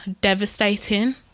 devastating